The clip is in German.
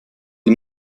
die